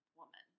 woman